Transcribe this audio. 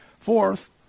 Fourth